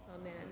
Amen